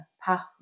Path